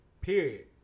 period